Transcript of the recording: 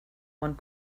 one